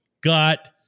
got